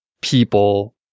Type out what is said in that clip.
people